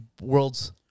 world's